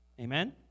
Amen